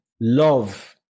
love